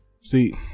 See